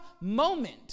moment